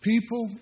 People